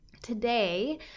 Today